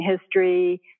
History